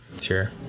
Sure